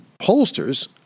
pollsters